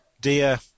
Dear